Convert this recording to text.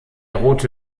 rote